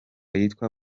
yitwa